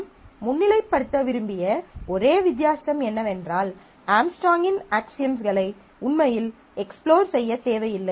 நாம் முன்னிலைப்படுத்த விரும்பிய ஒரே வித்தியாசம் என்னவென்றால் ஆம்ஸ்ட்ராங்கின் அக்சியம்ஸ்களை உண்மையில் எக்ஸ்ப்ளோர் செய்யத் தேவையில்லை